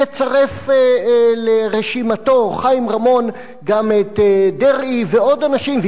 יצרף לרשימתו חיים רמון גם את דרעי, ועוד אנשים.